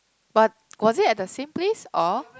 but was it at the same place or